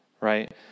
right